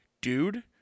dude